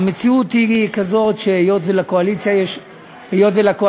המציאות היא כזאת שהיות שלקואליציה יש רוב